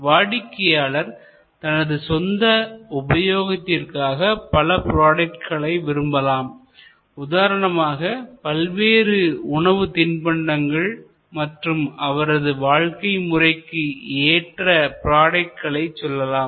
வாடிக்கையாளர் தனது சொந்த உபயோகத்திற்காக பல ப்ராடக்ட்களை விரும்பலாம் உதாரணமாக பல்வேறு உணவு தின்பண்டங்கள் மற்றும் அவரது வாழ்க்கை முறைக்கு ஏற்ற ப்ராடக்ட்களை சொல்லலாம்